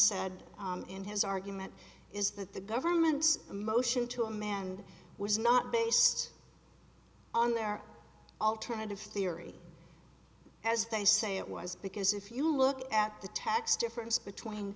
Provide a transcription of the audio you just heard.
said in his argument is that the government motion to a man was not based on their alternative theory as they say it was because if you look at the tax difference between